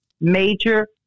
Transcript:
major